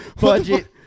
Budget